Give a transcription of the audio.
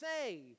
say